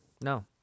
No